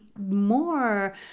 more